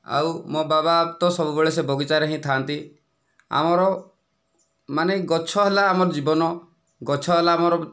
ଆଉ ମୋ ବାବା ତ ସବୁବେଳେ ସେ ବଗିଚାରେ ହିଁ ଥାଆନ୍ତି ଆମର ମାନେ ଗଛ ହେଲା ଆମ ଜୀବନ ଗଛ ହେଲା ଆମର